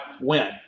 win